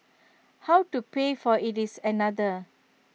how to pay for IT is another